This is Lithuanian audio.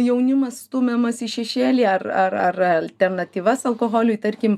jaunimas stumiamas į šešėlį ar ar ar alternatyvas alkoholiui tarkim